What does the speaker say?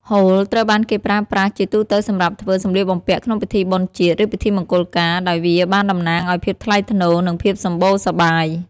ហូលត្រូវបានគេប្រើប្រាស់ជាទូទៅសម្រាប់ធ្វើ សម្លៀកបំពាក់ក្នុងពិធីបុណ្យជាតិ ឬពិធីមង្គលការ ដោយវាបានតំណាងឱ្យភាពថ្លៃថ្នូរ និងភាពសម្បូរសប្បាយ។